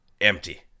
empty